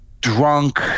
drunk